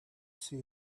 see